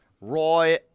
Roy